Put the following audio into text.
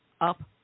up